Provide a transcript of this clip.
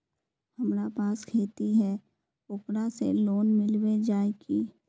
हमरा पास खेती है ओकरा से लोन मिलबे जाए की?